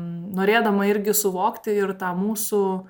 norėdama irgi suvokti ir tą mūsų